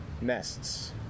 nests